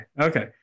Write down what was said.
okay